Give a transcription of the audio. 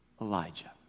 Elijah